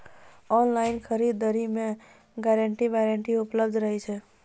Online खरीद दरी मे गारंटी वारंटी उपलब्ध रहे छै?